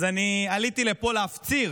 אז עליתי לפה להפציר